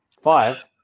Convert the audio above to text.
Five